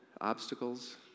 obstacles